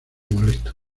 molestan